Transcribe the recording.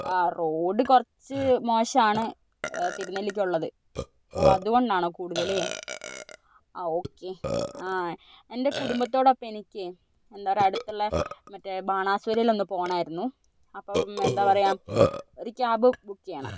ആ റോഡ് കുറച്ച് മോശമാണ് തിരുനെല്ലിക്കുള്ളത് ഓ അതുകൊണ്ടാണോ കൂടുതൽ ആ ഓക്കേ ആ എൻ്റെ കുടുംബത്തോടൊപ്പം എനിക്ക് എന്താ പറയുക അടുത്തുള്ള മറ്റേ ബാണാസുരയിലൊന്നു പോവണമായിരുന്നു അപ്പം എന്താ പറയുക ഒരു ക്യാബ് ബുക്ക് ചെയ്യണം